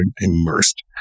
immersed